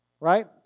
right